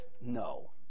No